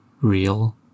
real